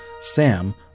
Sam